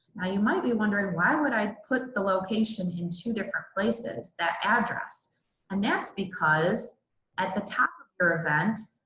you might be wondering why would i put the location in two different places? that address and that's because at the top of your event